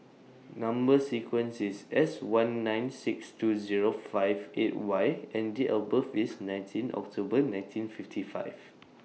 Number sequence IS S one nine six two Zero five eight Y and Date of birth IS nineteen October nineteen fifty five